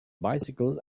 bicycle